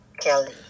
Kelly